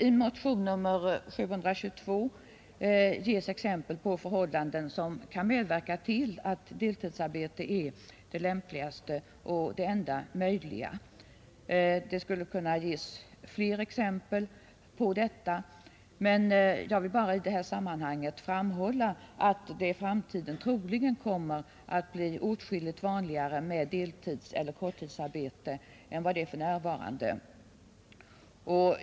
I motion nr 722 ges exempel på förhållanden som kan medverka till att deltidsarbete är det lämpligaste och det enda möjliga. Det skulle kunna lämnas fler exempel på detta, men jag vill bara i detta sammanhang framhålla att det i framtiden troligen kommer att bli åtskilligt vanligare med deltidseller korttidsarbete än det är för närvarande.